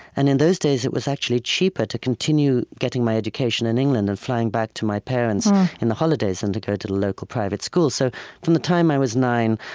and in those days, it was actually cheaper to continue getting my education in england and flying back to my parents in the holidays than to go to the local private schools. so from the time i was nine,